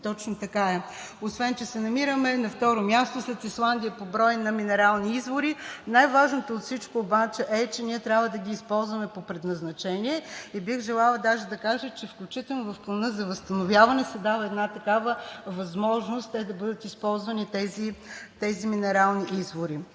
Точно така е. Освен че се намираме на второ място след Исландия по брой на минерални извори, най-важното от всичко обаче е, че ние трябва да ги използваме по предназначение. И бих желала даже да кажа, че включително в Плана за възстановяване се дава една такава възможност да бъдат използвани тези минерални извори.